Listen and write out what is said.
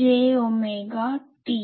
j omega t